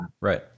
right